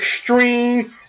Extreme